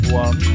one